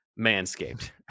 Manscaped